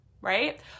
right